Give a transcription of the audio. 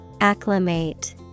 Acclimate